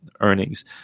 earnings